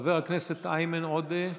חבר הכנסת איימן עודה,